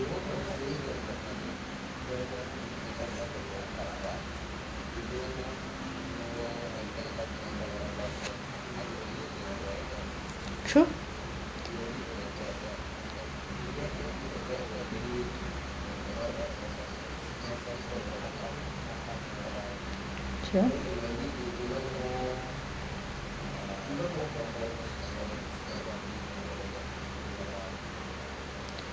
true